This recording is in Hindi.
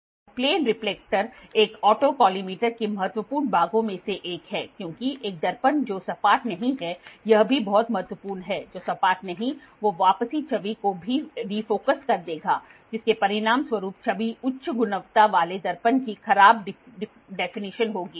तो प्लेन रिफ्लेक्टर एक ऑटो कोलिमेटर के महत्वपूर्ण भागों में से एक है क्योंकि एक दर्पण जो सपाट नहीं है यह भी बहुत महत्वपूर्ण है जो सपाट नहीं वो वापसी छवि को डी फोकस कर देगा जिसके परिणामस्वरूप छवि उच्च गुणवत्ता वाले दर्पण की खराब डेफिनिशन होगी